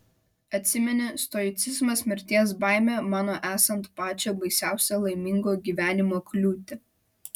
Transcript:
atsimeni stoicizmas mirties baimę mano esant pačią baisiausią laimingo gyvenimo kliūtį